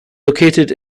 located